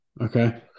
Okay